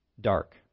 dark